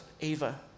Ava